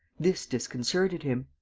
this disconcerted him.